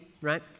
right